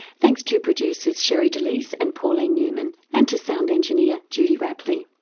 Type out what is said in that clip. thanks to producers sherre delys and pauline newman and to sound engineer judy rapley.